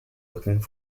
looking